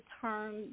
term